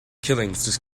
killings